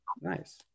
Nice